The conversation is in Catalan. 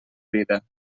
vida